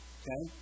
okay